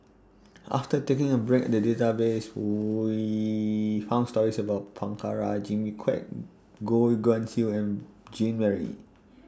after taking A break The Database We found stories about Prabhakara Jimmy Quek Goh Guan Siew and Jean Marie